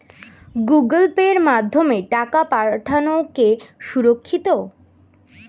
Google পের মাধ্যমে টাকা পাঠানোকে সুরক্ষিত?